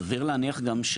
סביר להניח גם,